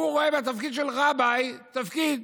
הוא רואה בתפקיד של רביי תפקיד.